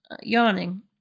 yawning